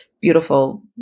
beautiful